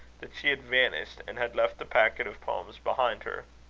that she had vanished and had left the packet of poems behind her.